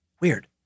Weird